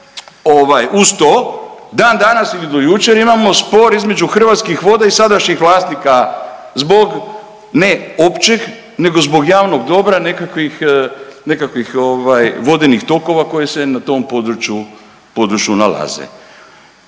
uz to dan danas ili do jučer imamo spor između Hrvatskih voda i sadašnjih vlasnika zbog ne općeg, nego zbog javnog dobra nekakvih vodenih tokova koji se na tom području nalaze.